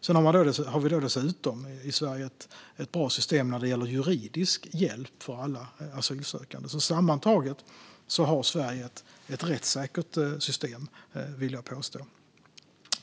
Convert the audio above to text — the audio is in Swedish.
I Sverige har vi dessutom ett bra system när det gäller juridisk hjälp för alla asylsökande. Sammantaget har Sverige ett rättssäkert system, vill jag påstå.